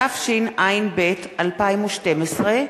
התשע"ב 2012,